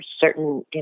certain